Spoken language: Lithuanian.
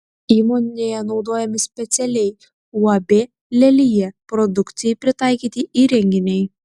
įmonėje naudojami specialiai uab lelija produkcijai pritaikyti įrenginiai